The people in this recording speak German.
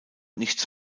nichts